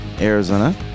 Arizona